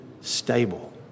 stable